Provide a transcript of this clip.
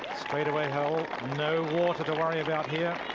straight away no no water worry about here.